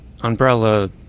umbrella